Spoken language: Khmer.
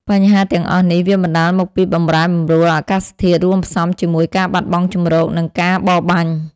បញ្ហាទាំងអស់នេះ វាបណ្ដាលមកពីបម្រែបម្រួលអាកាសធាតុ រួមផ្សំជាមួយការបាត់បង់ជម្រក និងការបរបាញ់។